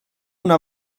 una